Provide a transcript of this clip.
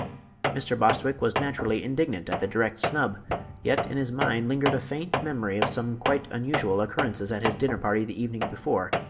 mr. bostwick was naturally indignant at the direct snub yet in his mind lingered a faint memory of some quite unusual occurrences at his dinner party the evening before,